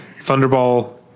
Thunderball